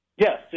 Yes